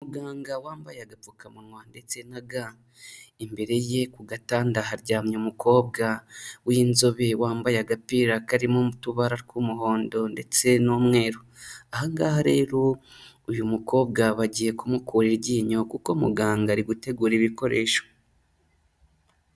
Muganga wambaye agapfukamunwa ndetse na ga, imbere ye ku gatanda haryamye umukobwa w'inzobe wambaye agapira karimo utubara tw'umuhondo ndetse n'umweru, aha ngaha rero uyu mukobwa bagiye kumukura iryinyo kuko muganga ari gutegura ibikoresho.